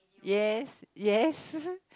yes yes